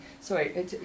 sorry